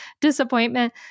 disappointment